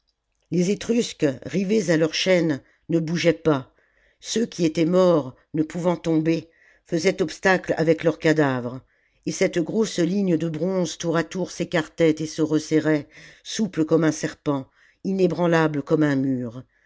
les etrusques rivés à leur chaîne ne bougeaient pas ceux qui étaient morts ne pouvant tomber faisaient obstacle avec leurs cadavres et cette grosse ligne de bronze tour à tour s'écartait et se resserrait souple comme un serpent inébranlable comme un mur